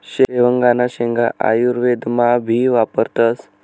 शेवगांना शेंगा आयुर्वेदमा भी वापरतस